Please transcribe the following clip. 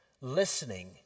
listening